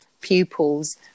pupils